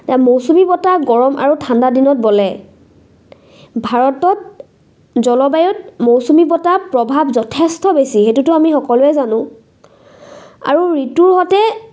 এতিয়া মৌচুমী বতাহ গৰম আৰু ঠাণ্ডাদিনত বলে ভাৰতত জলবায়ুত মৌচুমী বতাহ প্ৰভাৱ যথেষ্ট বেছি সেইটোতো আমি সকলোৱে জানো আৰু ঋতুৰ হাতে